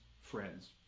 friends